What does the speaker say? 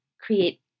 create